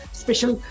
special